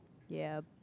ya